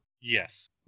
Yes